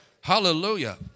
Hallelujah